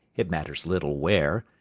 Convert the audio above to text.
it matters little where,